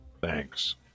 thanks